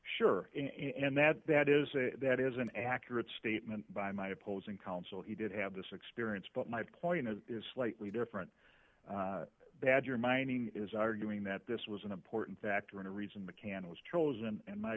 sure and that that is a that is an accurate statement by my opposing counsel he did have this experience but my point is slightly different badger mining is arguing that this was an important factor in a reason mccann was chosen and my